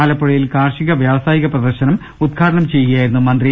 ആലപ്പുഴയിൽ കാർഷിക വ്യാവസായിക പ്രദർ ശനം ഉദ്ഘാടനം ചെയ്യുകയായിരുന്നു മന്ത്രി